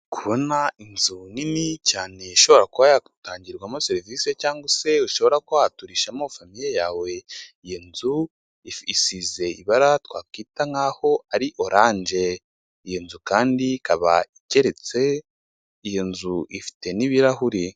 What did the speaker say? Kubona inzu nini cyane ishobora kuba yatangirwamo serivise cyangwa se ushobora kuba waturishamo famiye yawe. Iyo nzu isize ibara twakwita nkaho ari oranje, iyo nzu kandi ikaba igeretse, iyo nzu ifite n'ibirahuri.